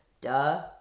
duh